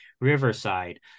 Riverside